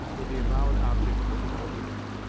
with the avowed object of opening it.